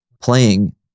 playing